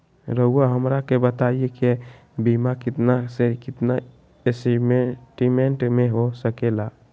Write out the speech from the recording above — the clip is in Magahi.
रहुआ हमरा के बताइए के बीमा कितना से कितना एस्टीमेट में हो सके ला?